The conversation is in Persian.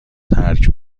ترک